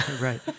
Right